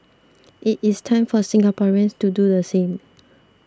it is time for Singaporeans to do the same